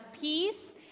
peace